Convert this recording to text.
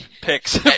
picks